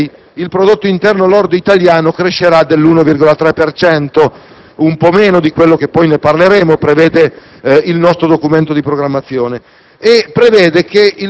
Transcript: La Commissione europea prevede che nel 2006 il prodotto interno lordo italiano crescerà dell'1,3 per cento, un po' meno di quello che - ne parleremo